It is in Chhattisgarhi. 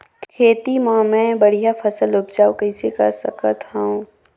खेती म मै बढ़िया फसल उपजाऊ कइसे कर सकत थव?